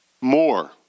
more